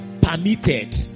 permitted